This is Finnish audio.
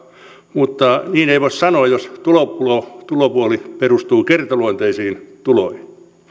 mutta niin ei voi sanoa jos tulopuoli tulopuoli perustuu kertaluonteisiin tuloihin